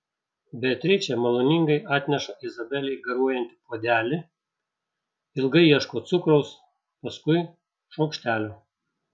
beatričė maloningai atneša izabelei garuojantį puodelį ilgai ieško cukraus paskui šaukštelio